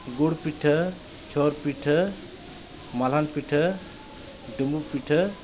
ᱜᱩᱲ ᱯᱤᱴᱷᱟᱹ ᱪᱷᱚᱨ ᱯᱤᱴᱷᱟᱹ ᱢᱟᱞᱦᱟᱱ ᱯᱤᱴᱷᱟᱹ ᱰᱩᱢᱵᱩᱜ ᱯᱤᱴᱷᱟᱹ